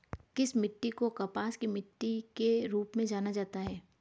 किस मिट्टी को कपास की मिट्टी के रूप में जाना जाता है?